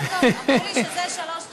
אמרו לי שזה שלוש דקות.